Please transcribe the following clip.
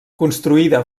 construïda